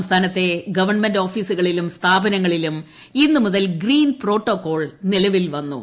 സംസ്ഥാനത്തെ ഗവൺമെന്റ് ഓഫീസുകളിലും സ്ഥാപനങ്ങളിലും ഇന്ന് മുതൽ ഗ്രീൻ പ്രോട്ടോക്കോൾ നിലവിൽവന്നു